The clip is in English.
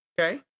okay